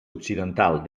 occidental